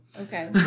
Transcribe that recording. Okay